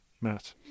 Matt